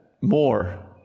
more